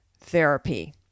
therapy